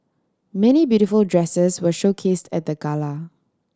many beautiful dresses were showcased at the gala